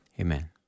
Amen